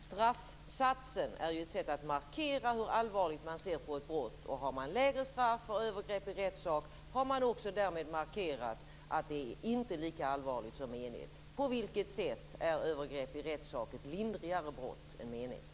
Straffsatsen är ju ett sätt att markera hur allvarligt man ser på ett brott, och har man lägre straff för övergrepp i rättssak har man därmed också markerat att det inte är lika allvarligt som mened. På vilket sätt är övergrepp i rättssak ett lindrigare brott än mened?